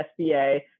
SBA